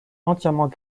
entièrement